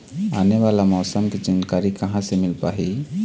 आने वाला मौसम के जानकारी कहां से मिल पाही?